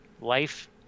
life